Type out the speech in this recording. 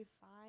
fine